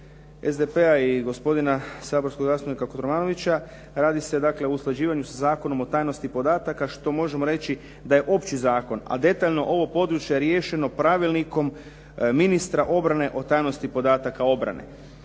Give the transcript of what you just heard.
SDP-a i gospodina saborskog zastupnika Kotromanovića, radi se dakle o usklađivanju sa Zakonom o tajnosti podataka što možemo reći da je opći zakon, a detaljno ovo područje je riješeno Pravilnikom ministra obrane o tajnosti podataka obrane.